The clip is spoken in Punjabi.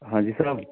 ਹਾਂਜੀ ਸਰ